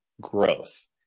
growth